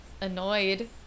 annoyed